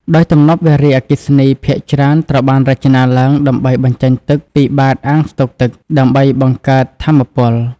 ដោយទំនប់វារីអគ្គិសនីភាគច្រើនត្រូវបានរចនាឡើងដើម្បីបញ្ចេញទឹកពី បាតអាងស្តុកទឹក ដើម្បីបង្កើតថាមពល។